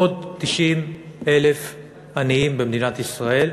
עוד 90,000 עניים במדינת ישראל,